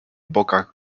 bokach